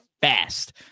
fast